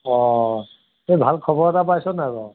অঁ এই ভাল খবৰ এটা পাইছনে বাৰু